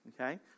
Okay